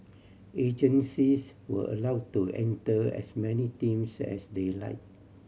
agencies were allow to enter as many teams as they like